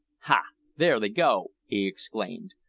ha! there they go, he exclaimed,